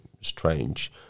strange